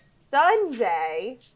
Sunday